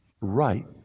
right